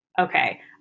Okay